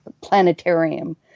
planetarium